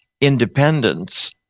independence